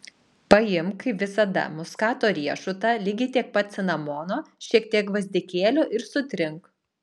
paimk kaip visada muskato riešutą lygiai tiek pat cinamono šiek tiek gvazdikėlio ir sutrink